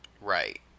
Right